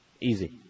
Easy